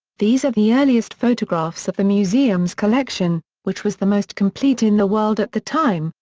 these are the earliest photographs of the museum's collection, which was the most complete in the world at the time,